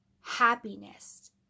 happiness